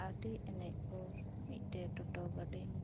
ᱟᱹᱰᱤ ᱟᱹᱱᱤᱡ ᱯᱚᱨ ᱢᱤᱫ ᱴᱮᱱ ᱴᱳᱴᱳ ᱜᱟᱹᱰᱤᱧ